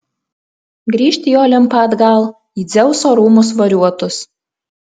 grįžt į olimpą atgal į dzeuso rūmus variuotus